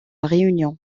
réunion